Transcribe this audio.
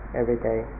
everyday